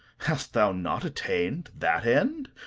hast thou not attain'd that end?